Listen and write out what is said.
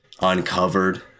uncovered